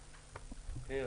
בבקשה.